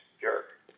jerk